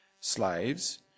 Slaves